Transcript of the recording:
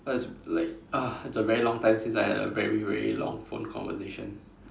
that's like ah it's a very long time since I had a very very long phone conversation